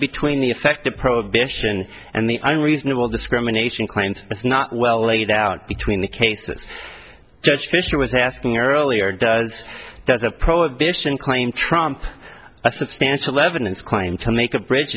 between the effect of prohibition and the only reasonable discrimination claims it's not well laid out between the cases judge fisher was asking earlier does does a prohibition claim trump a substantial evidence claim to make a bridge